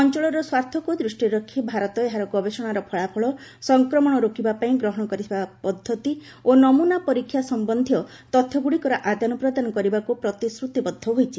ଅଞ୍ଚଳର ସ୍ୱାର୍ଥକୁ ଦୃଷ୍ଟିରେ ରଖି ଭାରତ ଏହାର ଗବେଷଣାର ଫଳାଫଳ ସଂକ୍ରମଣ ରୋକିବାପାଇଁ ଗ୍ରହଣ କରିଥିବା ପଦ୍ଧତି ଓ ନମୁନା ପରୀକ୍ଷା ସମ୍ୟନ୍ଧୀୟ ତଥ୍ୟଗୁଡ଼ିକର ଆଦାନ ପ୍ରଦାନ କରିବାକୁ ପ୍ରତିଶ୍ରତିବଦ୍ଧ ହୋଇଛି